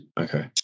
Okay